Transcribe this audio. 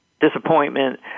disappointment